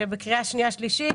שבקריאה שנייה ושלישית,